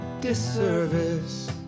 disservice